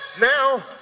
now